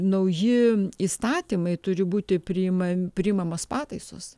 nauji įstatymai turi būti priimam priimamos pataisos